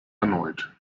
erneut